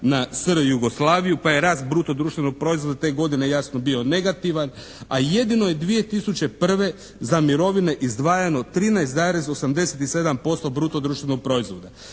na SR Jugoslaviju, pa je rast bruto društvenog proizvoda te godine jasno bio negativan, a jedino je 2001. za mirovine izdvajano 13,87% bruto društvenog proizvoda.